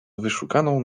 wyszukaną